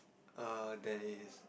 err there is